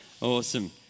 Awesome